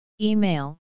Email